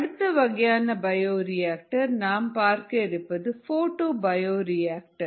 அடுத்த வகையான bioreactor நாம் பார்க்க இருப்பது போட்டோ பயோரியாக்டர்